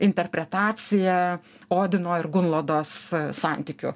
interpretacija odino ir gunlodos santykiu